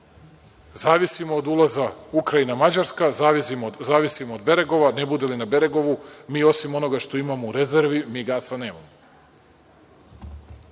Zavisimo od ulaza Ukrajina Mađarska, zavisimo od Beregova, ne bude li na Beregovu, mi osim onoga što imamo u rezervi, mi gasa nemamo. Dakle,